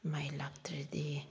ꯃꯩ ꯂꯥꯛꯇ꯭ꯔꯗꯤ